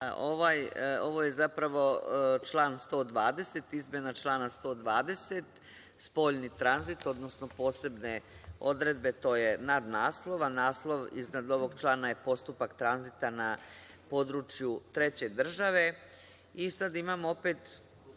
Ovo je zapravo izmena člana 120 – spoljni tranzit, odnosno posebne odredbe, to je nadnaslov, a naslov iznad ovog člana je – Postupak tranzita na području treće države. Sad imamo opet